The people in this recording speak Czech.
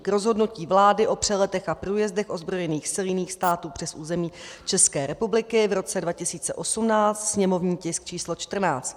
K rozhodnutí vlády o přeletech a průjezdech ozbrojených sil jiných států přes území České republiky v roce 2018, sněmovní tisk číslo 14.